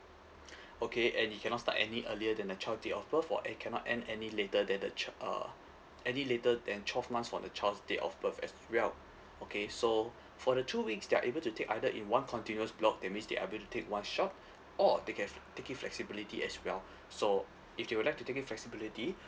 okay and it cannot start any earlier than the child date of birth or it cannot end any later than the ch~ uh any later than twelve months from the child's date of birth as well okay so for the two weeks they're able to take either in one continuous block that means they're able to take one shot or they can f~ take it flexibility as well so if they would like to take it flexibility